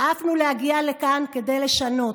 שאפנו להגיע לכאן כדי לשנות.